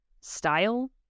style